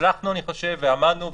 הצלחנו אני חושב ועמדנו,